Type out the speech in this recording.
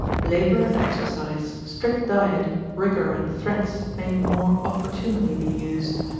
labour and exercise, strict diet, rigour and threats may more opportunely be used,